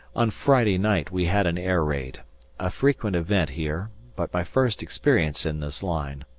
on friday night we had an air-raid a frequent event here, but my first experience in this line.